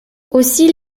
aussi